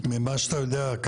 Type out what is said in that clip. ממה שאתה יודע,